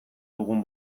dugun